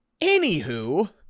Anywho